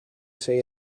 say